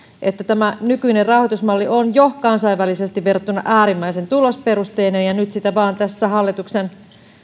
että tämä nykyinen rahoitusmalli on kansainvälisesti verrattuna jo äärimmäisen tulosperusteinen ja nyt sitä tässä hallituksen